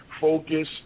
Focus